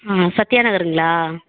ஆ Sathya நகருங்களா